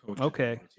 Okay